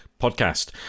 podcast